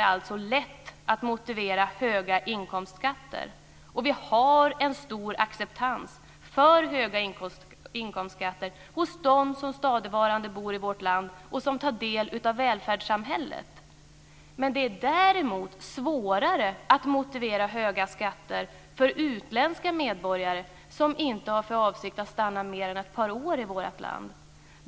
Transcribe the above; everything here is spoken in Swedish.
alltså lätt att motivera höga inkomstskatter i Sverige, och vi har en stor acceptans för höga inkomstskatter hos dem som stadigvarande bor i vårt land och som tar del av välfärdssamhället. Men det är däremot svårare att motivera höga skatter för utländska medborgare som inte har för avsikt att stanna mer än ett par år i vårt land.